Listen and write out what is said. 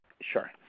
Sure